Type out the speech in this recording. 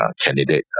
candidate